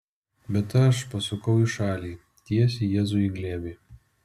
bet aš pasukau į šalį tiesiai jėzui į glėbį